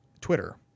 Twitter